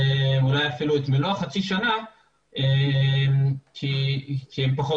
אולי אפילו את מלוא חצי השנה כי הם פחות